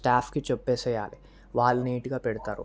స్టాఫ్కి చెప్పేసేయాలి వాళ్ళు నీటుగా పెడతారు